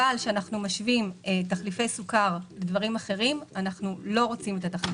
אבל כשמשווים תחליפי סוכר לדברים אחרים אנחנו לא רוצים את תחליפי הסוכר.